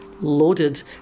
loaded